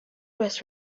was